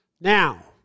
Now